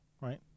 right